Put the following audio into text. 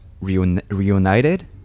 Reunited